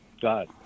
God